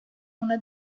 una